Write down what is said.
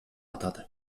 атады